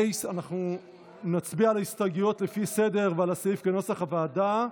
אנחנו נצביע על ההסתייגויות לפי סדר ועל הסעיף כנוסח הוועדה.